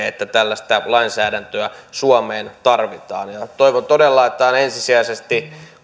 että tällaista lainsäädäntöä suomeen tarvitaan toivon todella että aina ensisijaisesti